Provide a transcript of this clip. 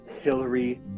Hillary